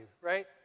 right